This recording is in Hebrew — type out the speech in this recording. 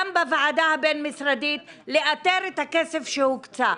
גם בוועדה הבין משרדית לאתר את הכסף שהוקצה.